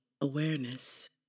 awareness